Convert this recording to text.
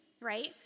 right